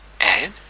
Ed